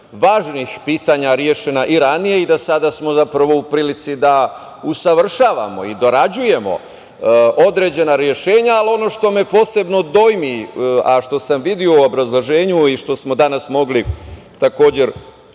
važnih pitanja rešena ranije i da smo sada u prilici da usavršavamo i dorađujemo određena rešenja. Ono što me posebno dojmi, a što sam video u obrazloženju i što smo mogli čuti